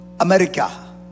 America